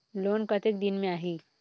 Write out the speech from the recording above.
Loan कतेक दिन मे आही?